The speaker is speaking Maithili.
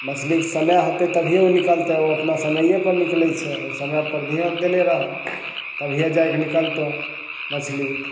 मछलीके समय हेतय तभीये उ निकलतय ओ अपना समयेपर निकलय छै समयपर ध्यान देने रहऽ तभीये जाके निकलतौ मछली